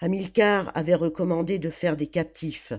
hamilcar avait recommandé de faire des captifs